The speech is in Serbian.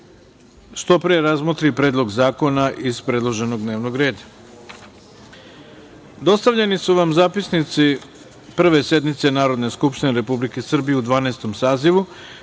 što pre razmotri predlog zakona iz predloženog dnevnog